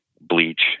bleach